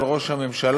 על ראש הממשלה,